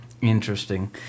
Interesting